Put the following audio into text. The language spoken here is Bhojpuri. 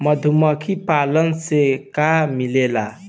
मधुमखी पालन से का मिलेला?